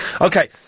okay